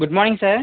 good morning sir